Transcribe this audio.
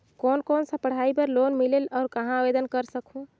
कोन कोन सा पढ़ाई बर लोन मिलेल और कहाँ आवेदन कर सकहुं?